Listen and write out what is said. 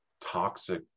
toxic